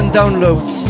downloads